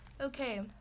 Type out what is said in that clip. Okay